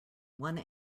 one